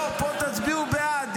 לא, תצביעו פה בעד.